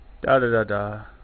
Da-da-da-da